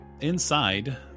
Inside